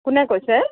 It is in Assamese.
কোনে কৈছে